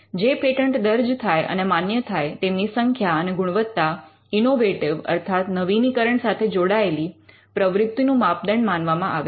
જે પેટન્ટ દર્જ થાય અને માન્ય થાય તેમની સંખ્યા અને ગુણવત્તા ઇનોવેટિવ અર્થાત નવીનીકરણ સાથે જોડાયેલી પ્રવૃત્તિનું માપદંડ માનવામાં આવે છે